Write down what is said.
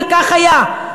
וכך היה.